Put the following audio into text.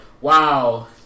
wow